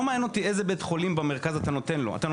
מעניין אותי לאיזה בית חולים במרכז אתה נותן.